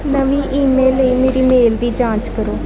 ਨਵੀਂ ਈਮੇਲ ਲਈ ਮੇਰੀ ਮੇਲ ਦੀ ਜਾਂਚ ਕਰੋ